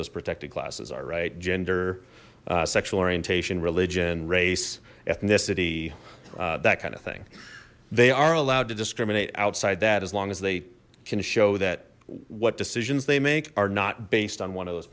those protected classes are right gender sexual orientation religion race ethnicity that kind of thing they are allowed to discriminate outside that as long as they can show that what decisions they make are not based on one of those